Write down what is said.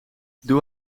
doe